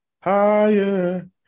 Higher